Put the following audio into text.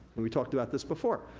we talked about this before.